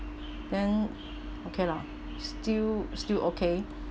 then okay lah still still okay